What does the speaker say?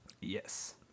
Yes